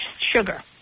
sugar